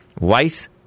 Weiss